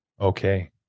Okay